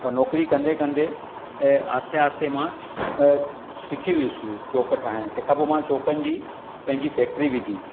हो नौकिरी कंदे कंदे ऐं आस्ते आहिस्ते मां सिखी वियुस चोंक ठाहिण तहिंखां पोइ मां चोखनि जी पहिंजी फैक्टरी विधी